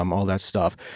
um all that stuff.